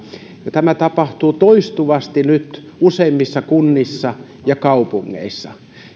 tätä tapahtuu nyt toistuvasti useimmissa kunnissa ja kaupungeissa